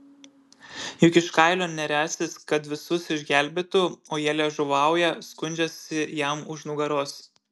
juk iš kailio neriąsis kad visus išgelbėtų o jie liežuvauja skundžiasi jam už nugaros